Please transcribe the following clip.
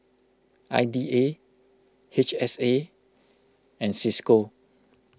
I D A H S A and Cisco